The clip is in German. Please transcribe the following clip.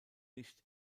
nicht